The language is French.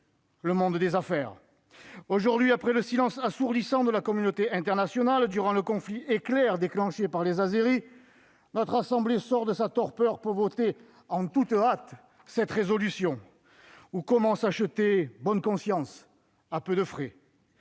le monde des affaires ! Aujourd'hui, après le silence assourdissant de la communauté internationale durant le conflit éclair déclenché par les Azéris, notre assemblée sort de sa torpeur pour voter en toute hâte cette proposition de résolution. Ou comment s'acheter une bonne conscience, à peu de frais